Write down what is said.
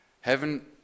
Heaven